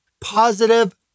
positive